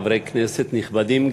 חברי כנסת נכבדים,